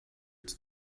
its